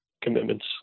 commitments